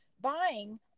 buying